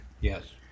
Yes